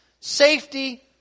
Safety